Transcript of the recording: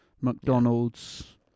McDonald's